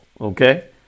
Okay